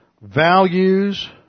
values